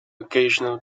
occasional